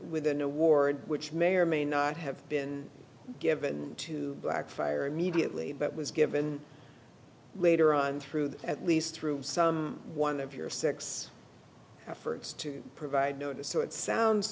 with an award which may or may not have been given to black fire immediately but was given later on through at least through some one of your six efforts to provide notice so it sounds